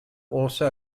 also